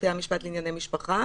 -- ובתי המשפט לענייני משפחה,